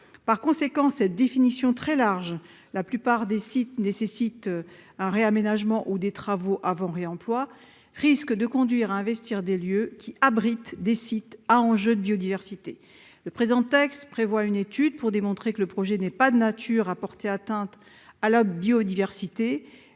Par conséquent, cette définition très large- la plupart des sites nécessitent un réaménagement ou des travaux avant réemploi -risque de conduire à investir des lieux qui abritent des sites présentant des enjeux de biodiversité. Le projet de loi prévoit une étude pour démontrer que le projet n'est pas de nature à porter atteinte à la biodiversité,